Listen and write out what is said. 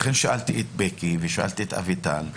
לכן שאלתי את בקי ושאלתי את אביטל.